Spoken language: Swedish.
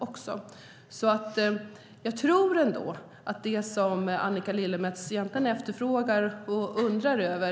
Jag tror inte att vi har några delade åsikter om det som Annika Lillemets efterfrågar och undrar över.